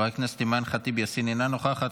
חברת הכנסת אימאן ח'טיב יאסין, אינה נוכחת.